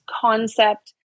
concept